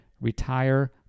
Retire